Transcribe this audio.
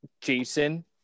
Jason